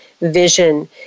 vision